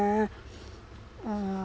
uh